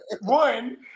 One